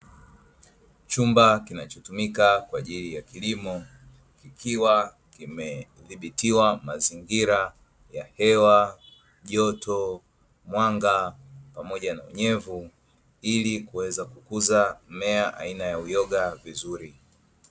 Chumba kinachotumika kwa ajili ya kilimo kikiwa kimedhibitiwa mazingira ya hewa, joto, mwanga pamoja na unyevu, ili kuweza kukuza mmea aina ya uyoga vizuri.